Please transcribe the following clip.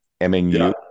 MNU